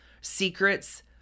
Secrets